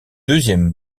deuxième